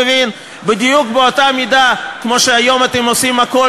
בדיוק באותה מידה כמו שהיום אתם עושים הכול